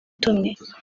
tumwe